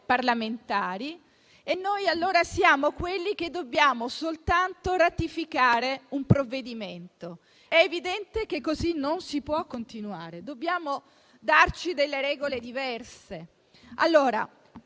parlamentari e noi diventiamo quelli che devono soltanto ratificare un provvedimento. È evidente che non si può continuare così. Dobbiamo darci delle regole diverse.